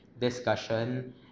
discussion